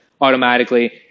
automatically